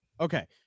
Okay